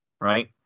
right